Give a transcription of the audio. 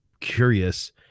curious